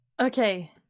Okay